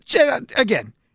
Again